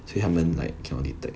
所以它们 like cannot detect